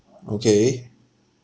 okay